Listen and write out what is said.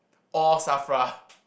or Safra